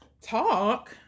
talk